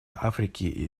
африки